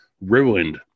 ruined